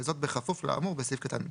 וזאת בכפוף לאמור בסעיף קטן (ב).